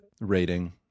rating